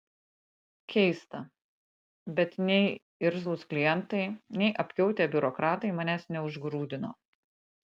keista bet nei irzlūs klientai nei apkiautę biurokratai manęs neužgrūdino